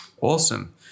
Awesome